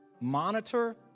monitor